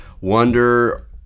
wonder